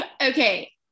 Okay